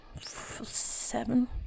seven